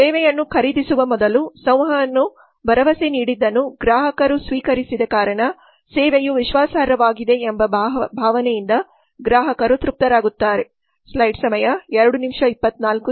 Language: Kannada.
ಸೇವೆಯನ್ನು ಖರೀದಿಸುವ ಮೊದಲು ಸಂವಹನು ಭರವಸೆ ನೀಡಿದ್ದನ್ನು ಗ್ರಾಹಕರು ಸ್ವೀಕರಿಸಿದ ಕಾರಣ ಸೇವೆಯು ವಿಶ್ವಾಸಾರ್ಹವಾಗಿದೆ ಎಂಬ ಭಾವನೆಯಿಂದ ಗ್ರಾಹಕರು ತೃಪ್ತರಾಗುತ್ತಾರೆ